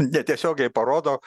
netiesiogiai parodo